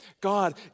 God